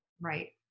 Right